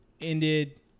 ended